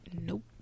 Nope